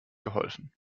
geholfen